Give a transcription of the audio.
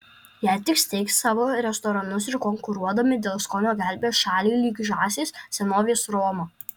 jei tik steigs savo restoranus ir konkuruodami dėl skonio gelbės šalį lyg žąsys senovės romą